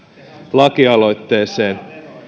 lakialoitteeseen